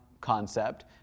concept